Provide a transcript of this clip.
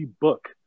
book